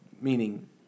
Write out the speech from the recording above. Meaning